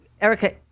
Erica